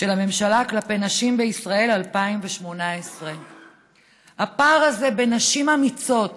של הממשלה כלפי נשים בישראל 2018. הפער הזה בין נשים אמיצות,